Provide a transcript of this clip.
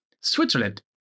switzerland